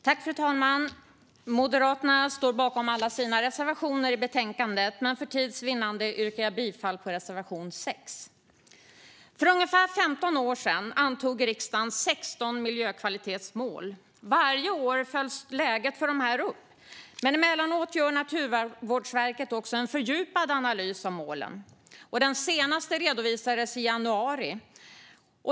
Fru talman! Moderaterna står bakom alla sina reservationer i betänkandet, men för tids vinnande yrkar jag bifall endast till reservation 6. För ungefär 15 år sedan antog riksdagen 16 miljökvalitetsmål. Varje år följs läget för dem upp, och emellanåt gör Naturvårdsverket en fördjupad analys av målen. Den senaste redovisades i januari.